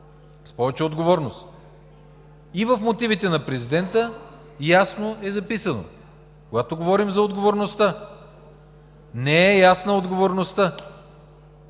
с повече отговорност. В мотивите на президента ясно е записано: когато говорим за отговорността, не е ясна отговорността.